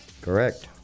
Correct